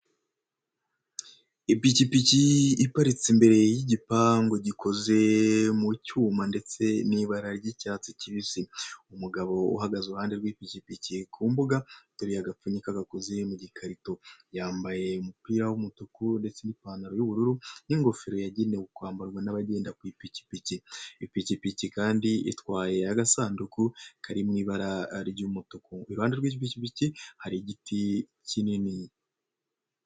Ipikipiki iparitse imbere y'igipangu gikoze mu cyuma ndetse n'ibara ry'icyatsi kibisi, umugabo uhagaze iruhande rw'pikipiki ku mbuga uteruye agafunyi kagaku mu gikarito, yambaye umupira w'umutuku ndetse n'ipantaro y'ubururu n'ingofero yagenewe kwambarwa n' nabagenda ku ipikipiki, ipikipiki kandi itwaye agasanduku kari mu ibara ry'umutuku, iruhande rw'ipikipiki hari igiti kinini.